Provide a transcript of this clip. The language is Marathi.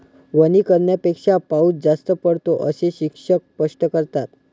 वनीकरणापेक्षा पाऊस जास्त पडतो, असे शिक्षक स्पष्ट करतात